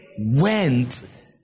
went